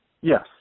Yes